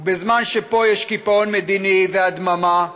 ובזמן שפה יש קיפאון מדיני והדממה,